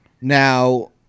now